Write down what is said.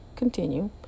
continue